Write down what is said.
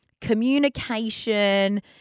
communication